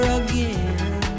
again